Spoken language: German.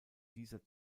dieser